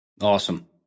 Awesome